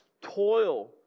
toil